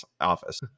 office